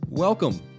Welcome